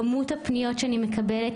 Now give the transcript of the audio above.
כמות הפניות שאני מקבלת,